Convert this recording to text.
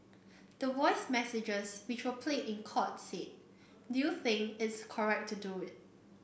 the voice messages which were played in court said do you think its correct to do it